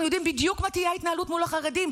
אנחנו יודעים בדיוק מה תהיה ההתנהלות מול החרדים,